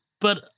But-